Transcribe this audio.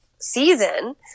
season